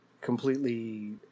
completely